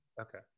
Okay